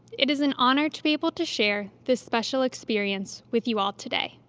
it is an honor to be able to share this special experience with you all today.